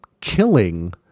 killing